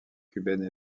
cubaine